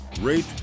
rate